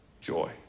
joy